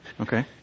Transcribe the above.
Okay